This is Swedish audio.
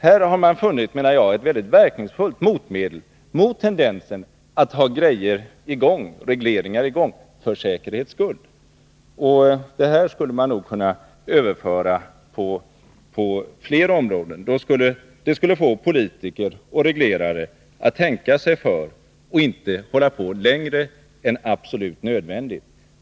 Här har man enligt min uppfattning funnit ett mycket verkningsfullt medel mot tendensen att ha regleringar för säkerhets skull. Det systemet skulle man nog kunna överföra på flera andra områden. Det skulle få politiker och regleringsivrare att tänka sig för och inte tillämpa prisregleringar längre än vad som är absolut nödvändigt.